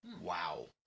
Wow